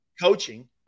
coaching